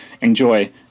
enjoy